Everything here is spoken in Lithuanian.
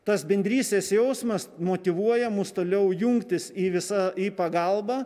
tas bendrystės jausmas motyvuoja mus toliau jungtis į visa į pagalbą